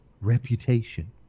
Reputation